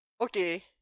okay